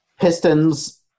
Pistons